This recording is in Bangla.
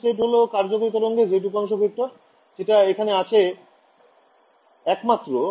k1z হল কার্যকরী তরঙ্গের z উপাংশ ভেক্টর যেটা এখানে ছাত্র ছাত্রিঃ